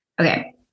Okay